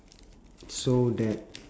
so that